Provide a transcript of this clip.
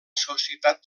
societat